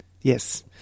yes